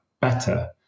better